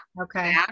okay